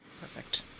perfect